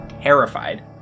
terrified